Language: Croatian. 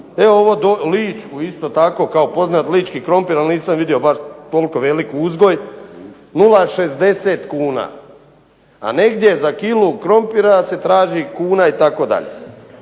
e ovo, ličku isto tako kao poznat lički krompir, ali nisam vidio bar toliko velik uzgoj, 0,60 kuna. A negdje za kilu krumpira se traži kuna itd.